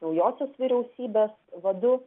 naujosios vyriausybės vadu